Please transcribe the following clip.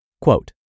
Quote